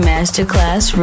Masterclass